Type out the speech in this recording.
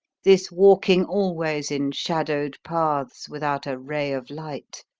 this walking always in shadowed paths without a ray of light,